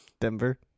Denver